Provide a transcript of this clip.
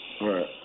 Right